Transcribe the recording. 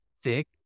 thick